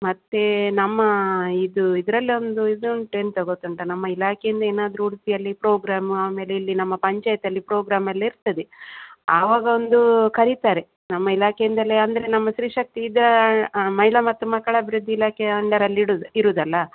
ಮತ್ತು ನಮ್ಮ ಇದು ಇದ್ರಲೊಂದು ಇದುಂಟು ಎಂತ ಗೊತ್ತುಂಟಾ ನಮ್ಮ ಇಲಾಖೆಯಿಂದ ಏನಾದರು ಉಡುಪಿಯಲ್ಲಿ ಪ್ರೋಗ್ರಾಮ್ ಆಮೇಲೆ ಇಲ್ಲಿ ನಮ್ಮ ಪಂಚಾಯ್ತಿಯಲ್ಲಿ ಪ್ರೋಗ್ರಾಮ್ ಎಲ್ಲ ಇರ್ತದೆ ಆವಾಗ ಒಂದು ಕರಿತಾರೆ ನಮ್ಮ ಇಲಾಖೆಯಿಂದಲೇ ಅಂದರೆ ನಮ್ಮ ಸ್ತ್ರೀಶಕ್ತಿ ಇದು ಮಹಿಳಾ ಮತ್ತು ಮಕ್ಕಳ ಅಭಿವೃದ್ದಿ ಇಲಾಖೆಯ ಅಂಡರ್ ಅಲ್ಲಿಇಡುದು ಇರುವುದಲ್ಲ